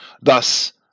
Thus